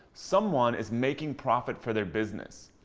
someone is making profit for their business.